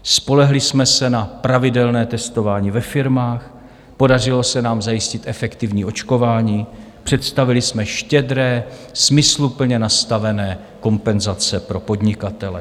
Spolehli jsme se na pravidelné testování ve firmách, podařilo se nám zajistit efektivní očkování, představili jsme štědré, smysluplně nastavené kompenzace pro podnikatele.